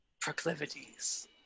proclivities